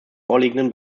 vorliegenden